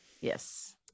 Yes